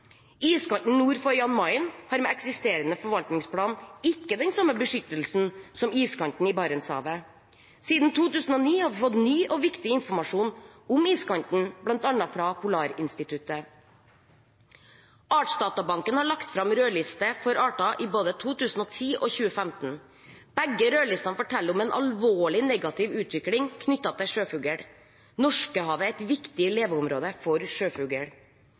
Iskanten nord for Jan Mayen har med eksisterende forvaltningsplan ikke den samme beskyttelsen som iskanten i Barentshavet. Siden 2009 har vi fått ny og viktig informasjon om iskanten, bl.a. fra Polarinstituttet. Artsdatabanken har lagt fram rødliste for arter både i 2010 og 2015. Begge rødlistene forteller om en alvorlig negativ utvikling knyttet til sjøfugl. Norskehavet er et viktig leveområde for